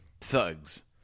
thugs